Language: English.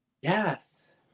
Yes